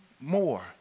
more